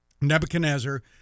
Nebuchadnezzar